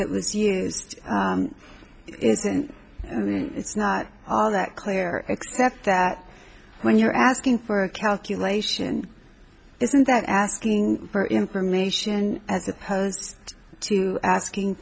that was used it's not all that clear except that when you're asking for a calculation isn't that asking for information as opposed to asking